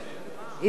התכוון.